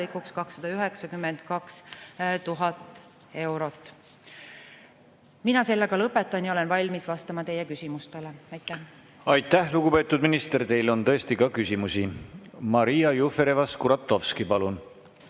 292 000 eurot. Mina sellega lõpetan ja olen valmis vastama teie küsimustele. Aitäh! Aitäh, lugupeetud minister! Teile on tõesti ka küsimusi. Maria Jufereva-Skuratovski, palun!